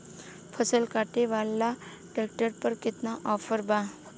फसल काटे वाला ट्रैक्टर पर केतना ऑफर बा?